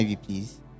please